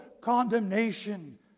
condemnation